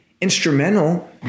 instrumental